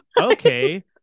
Okay